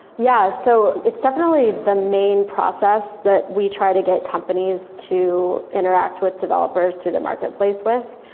yeah. so it's definitely the main process that we try to get companies to interact with developers through the marketplace with.